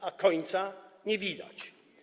A końca nie widać.